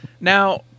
Now